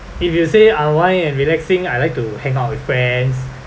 if you say unwind and relaxing I like to hang out with friends